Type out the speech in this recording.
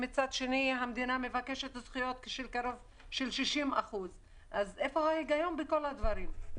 ומצד שני המדינה מבקשת זכויות של 60%. אז איפה ההיגיון בכל הדברים?